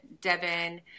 Devin